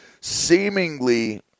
seemingly